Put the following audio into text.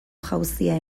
jauzia